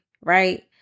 right